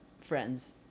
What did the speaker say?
friends